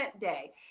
day